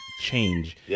change